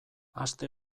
aste